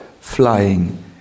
flying